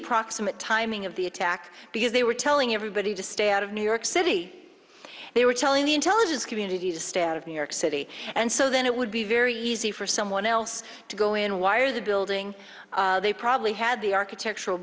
approximate timing of the attack because they were telling everybody to stay out of new york city they were telling the intelligence community to stay out of new york city and so then it would be very easy for someone else to go in wire the building they probably have the architectural